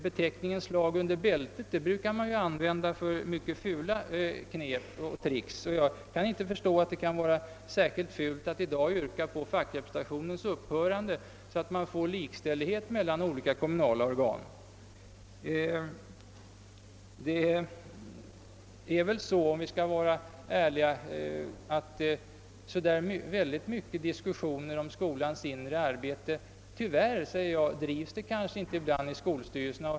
Beteckningen »slag under bältet» brukar man ju använda för mycket fula knep och trick. Jag kan inte förstå att det kan vara särskilt fult att yrka på fackrepresentationens upphörande, så att man får till stånd likställighet mellan olika kommunala organ. Det är väl så, om vi skall vara ärliga, att det tyvärr inte förekommer så mycket diskussioner om skolans inre arbete i skolstyrelserna.